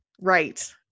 Right